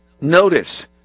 Notice